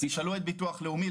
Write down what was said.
תשאלו את ביטוח לאומי,